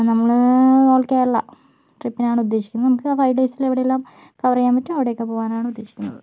നമ്മൾ ഓൾ കേരള ട്രിപ്പിനാണ് ഉദ്ദേശിക്കുന്നത് നമുക്ക് ഫൈവ് ഡേയ്സിൽ എവിടെയെല്ലാം കവർ ചെയ്യാൻ പറ്റുമോ അവിടെയെക്കെ പോകാനാണ് ഉദ്ദേശിക്കുന്നത്